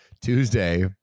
Tuesday